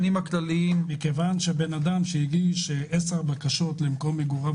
מכיוון שאדם שהגיש עשר בקשות לחזרה למקום מגוריו